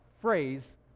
phrase